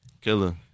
Killer